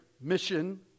mission